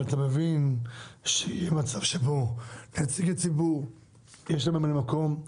אבל אתה מבין שיהיה מצב שבו לנציג הציבור יש ממלא מקום,